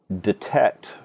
detect